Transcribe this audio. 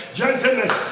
gentleness